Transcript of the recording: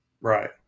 right